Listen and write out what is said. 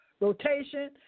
rotation